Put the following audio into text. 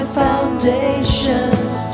foundations